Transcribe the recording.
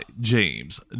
James